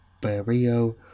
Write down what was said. Barrio